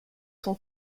son